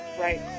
Right